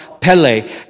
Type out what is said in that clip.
pele